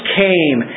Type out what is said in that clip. came